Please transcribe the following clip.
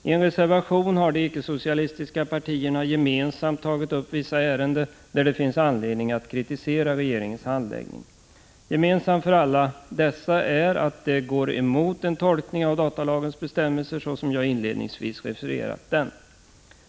I en reservation har de icke-socialistiska partierna gemensamt tagit upp vissa ärenden där det finns anledning att kritisera regeringens handläggning. Gemensamt för alla dessa är att de går emot en tolkning av datalagens bestämmelser så som jag inledningsvis refererat dem.